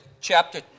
chapter